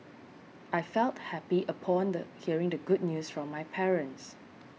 I felt happy upon the hearing the good news from my parents